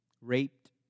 raped